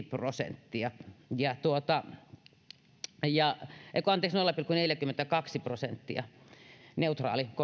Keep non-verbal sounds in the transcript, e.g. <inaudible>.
<unintelligible> prosenttia ei kun anteeksi nolla pilkku neljäkymmentäkaksi prosenttia olisi neutraali